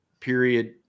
Period